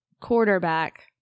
quarterback